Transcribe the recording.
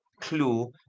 clue